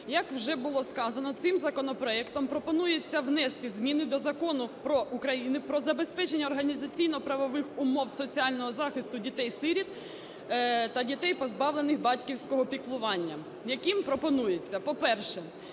Як вже було сказано, цим законопроектом пропонується внести зміни до Закону України "Про забезпечення організаційно-правових умов соціального захисту дітей-сиріт та дітей, позбавлених батьківського піклування", яким пропонується: по-перше,